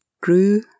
grew